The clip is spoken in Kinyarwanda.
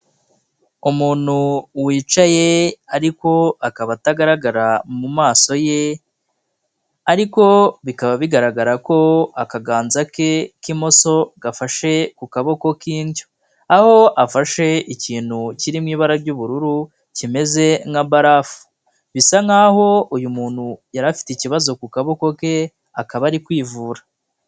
Umuntu wicaye, ariko akaba atagaragara mu maso ye, ariko bikaba bigaragara ko akaganza ke k'imoso, gafashe ku kaboko k'indyo. Aho afashe ikintu kiri mu ibara ry'ubururu, kimeze nka barafu. Bisa nk'aho uyu muntu yari afite ikibazo ku kaboko ke, akaba ari kwivura.